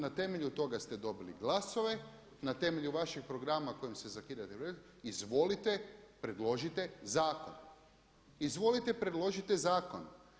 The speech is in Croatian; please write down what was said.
Na temelju toga ste dobili glasove, na temelju vašeg programa u kojem se zakida … izvolite predložite zakon, izvolite predložite zakon.